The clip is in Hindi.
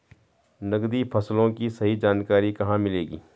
नकदी फसलों की सही जानकारी कहाँ मिलेगी?